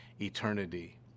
eternity